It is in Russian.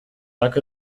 так